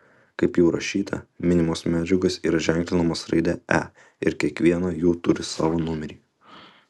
kaip jau rašyta minimos medžiagos yra ženklinamos raide e ir kiekviena jų turi savo numerį